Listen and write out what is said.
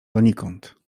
donikąd